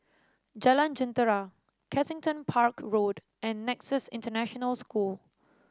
Jalan Jentera Kensington Park Road and Nexus International School